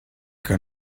que